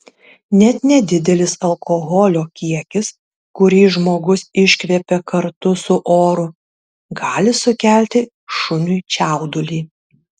net nedidelis alkoholio kiekis kurį žmogus iškvepia kartu su oru gali sukelti šuniui čiaudulį